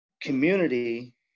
community